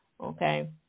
Okay